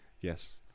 yes